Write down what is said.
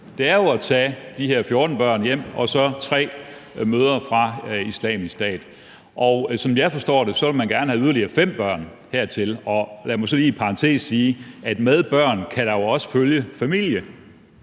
til, er at tage de her 14 børn og 3 mødre fra Islamisk Stat hjem, og som jeg forstår det, vil man gerne have yderligere 5 børn hertil. Og lad mig så lige i parentes sige, at med børn kan der jo også følge familie;